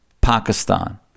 Pakistan